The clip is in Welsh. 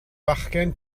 fachgen